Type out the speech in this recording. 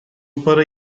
para